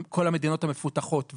כל המדינות המפותחות,